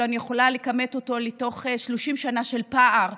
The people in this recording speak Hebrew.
אני אפילו יכולה לכמת אותו ב-30 שנה של פער,